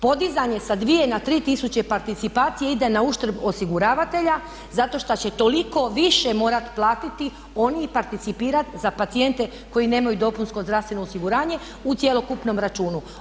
Podizanje sa dvije na tri tisuće participacije ide na uštrb osiguravatelja zato što će toliko više morati platiti oni i participirat za pacijente koji nemaju dopunsko zdravstveno osiguranje u cjelokupnom računu.